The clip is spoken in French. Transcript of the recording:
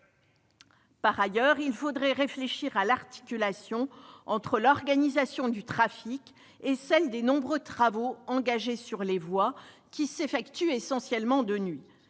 Par ailleurs, il faudrait réfléchir à l'articulation entre l'organisation du trafic et les nombreux travaux engagés sur les voies, qui s'effectuent essentiellement de nuit.